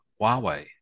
Huawei